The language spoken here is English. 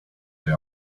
they